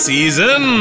Season